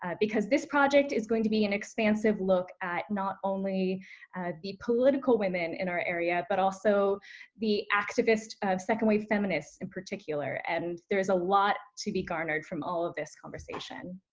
because this project is going to be an expansive look at not only the political women in our area, but also the activism of second-wave feminists in particular, and there's a lot to be garnered from all of this conversation.